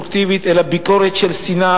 שיש ביכולתן לעשות את ה"מצ'ינג",